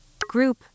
Group